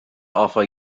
offer